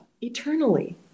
Eternally